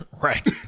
Right